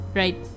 right